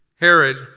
Herod